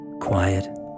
Quiet